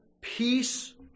peace